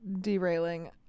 derailing